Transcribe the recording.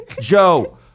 Joe